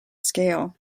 scale